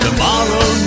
Tomorrow